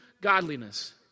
godliness